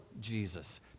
Jesus